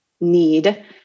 need